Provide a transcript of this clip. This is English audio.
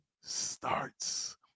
starts